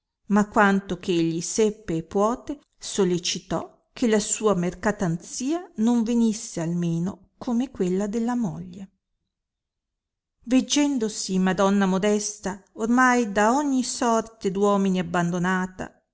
ma quanto eh egli seppe e puote solecitò che la sua mercatanzia non venisse al meno come quella della moglie veggendosi madonna modesta ornai da ogni sorte d'uomini abbandonata